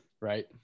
right